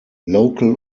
local